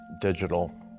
digital